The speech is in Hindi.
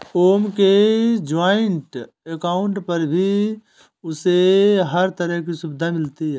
ओम के जॉइन्ट अकाउंट पर भी उसे हर तरह की सुविधा मिलती है